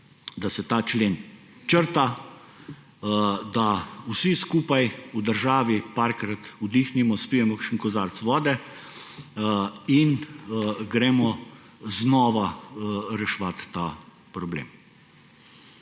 da se ta člen črta, da si skupaj v državi nekajkrat vdihnemo, spijemo kakšen kozarec vode in gremo znova reševat ta problem.